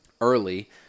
early